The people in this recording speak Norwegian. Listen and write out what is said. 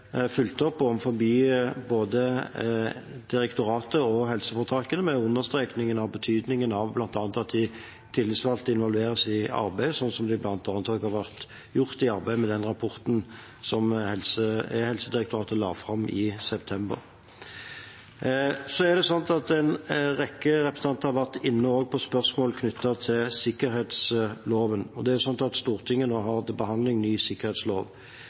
fulgt opp overfor både direktoratet og helseforetakene, med understreking av betydningen av bl.a. at de tillitsvalgte involveres i arbeidet, som det bl.a. har blitt gjort i arbeidet med rapporten som Direktoratet for e-helse la fram i september. En rekke representanter har vært inne på spørsmål knyttet til sikkerhetsloven. Stortinget har nå en ny sikkerhetslov til behandling. Jeg bestemte relativt tidlig at helseregionene skulle omfattes av sikkerhetsloven, det er